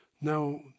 Now